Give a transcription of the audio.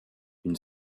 une